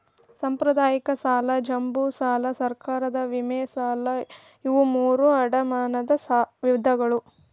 ಸಾಂಪ್ರದಾಯಿಕ ಸಾಲ ಜಂಬೂ ಸಾಲಾ ಸರ್ಕಾರದ ವಿಮೆ ಸಾಲಾ ಇವು ಮೂರೂ ಅಡಮಾನದ ವಿಧಗಳು